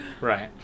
Right